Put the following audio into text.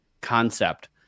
concept